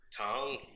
Tongue